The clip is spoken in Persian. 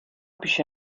پیش